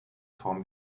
form